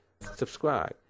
subscribe